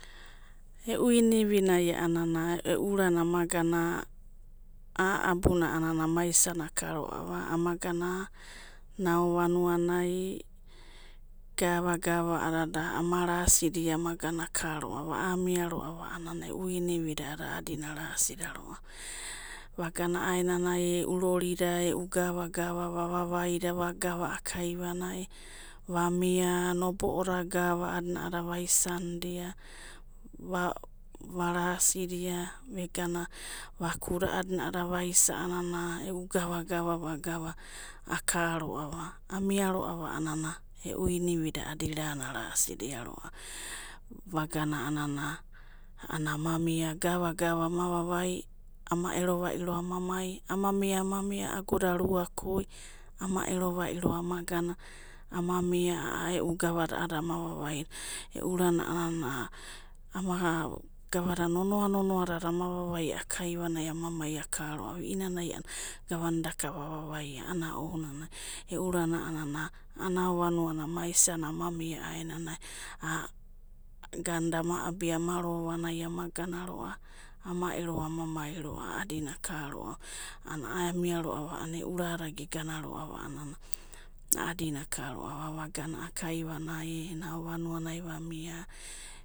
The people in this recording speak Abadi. E'u inivinai a'anana, e'u urara anagana a'a abuna ama isina akarova, amagana, nao vanua nai, gavagava aidada ana rasidia ana gana akaroava, a'a amaiaroava a'adada e'u inivida a'adina arasidiarova, vagana a'aenanai e'u roorida, e'u gavagava va vavaida va gava a'a kaivanai a mia nobo'ada gava a'adina aisanidin, va-vanasidia vegana vakuda a'adina vaisa a'anana e'u gavagava va gava, akaroava, amiaroa va a'anana e'u inivida a'adirana arasidiaroava, vagana 'anana, amamia gavagava ama vavai, ama erovairo ama mai, ama mia, ama mia agoda, rua koi, ama ero vairo ama gana, ana mia a'a e'u gavada a'adada ama vavaida, e'u urana a'anana ama, gavada nonoa nonoadada ama vavai a'a kaivanai ama mai akaroava, ieinanai a'anana gavana daka vavavai ana ounanai, e'u urana a'ana a'a nao vanuanai amaisina, ama mia a'aenana, ganda ama abi ama ro vanai ama gana roa, ama ero, ama mai a'adina akaroava, a'ana amiaroava, e'u rada gegana roava a'anana a'adina akaroava, vagana a'a kaivanai nao vanuanai va mia.